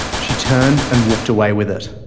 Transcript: she turned and walked away with it.